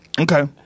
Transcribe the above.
Okay